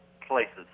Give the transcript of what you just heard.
Places